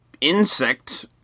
insect